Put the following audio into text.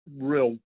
real